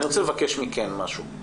אני רוצה לבקש מכם משהו.